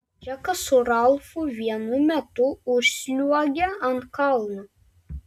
džekas su ralfu vienu metu užsliuogė ant kalno